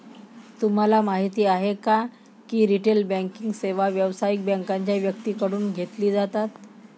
तुम्हाला माहिती आहे का की रिटेल बँकिंग सेवा व्यावसायिक बँकांच्या व्यक्तींकडून घेतली जातात